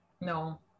no